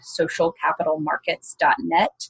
socialcapitalmarkets.net